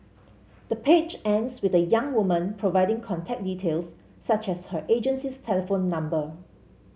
the page ends with the young woman providing contact details such as her agency's telephone number